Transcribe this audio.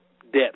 depth